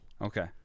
okay